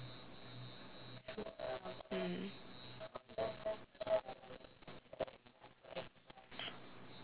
mm